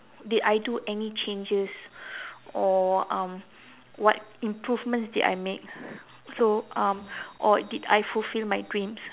did I do any changes or um what improvements did I make so um or did I fulfill my dreams